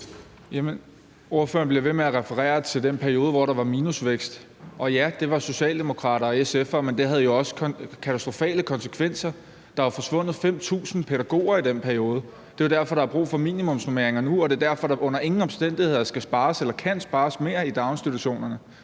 ordføreren bliver ved med at referere til den periode, hvor der var minusvækst. Og ja, det var socialdemokrater og SF'ere, men det havde jo også katastrofale konsekvenser. Der er jo forsvundet 5.000 pædagoger i den periode, og det er jo derfor, der er brug for minimumsnormeringer nu, og det er derfor, der under ingen omstændigheder skal spares eller kan spares mere i daginstitutionerne.